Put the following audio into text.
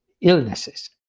illnesses